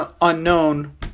unknown